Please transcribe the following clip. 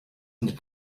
and